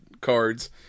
cards